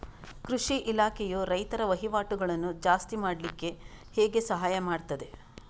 ಕೃಷಿ ಇಲಾಖೆಯು ರೈತರ ವಹಿವಾಟುಗಳನ್ನು ಜಾಸ್ತಿ ಮಾಡ್ಲಿಕ್ಕೆ ಹೇಗೆ ಸಹಾಯ ಮಾಡ್ತದೆ?